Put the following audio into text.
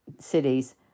cities